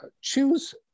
Choose